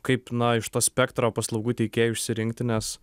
kaip na iš to spektro paslaugų teikėjų išsirinkti nes